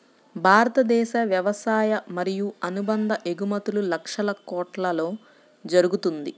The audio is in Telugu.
భారతదేశ వ్యవసాయ మరియు అనుబంధ ఎగుమతులు లక్షల కొట్లలో జరుగుతుంది